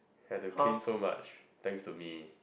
have to clean so much thanks to me